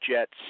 Jets